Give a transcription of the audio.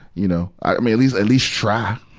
you know. i mean, at least, at least try,